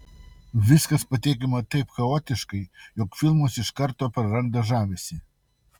viskas pateikiama taip chaotiškai jog filmas iš karto praranda žavesį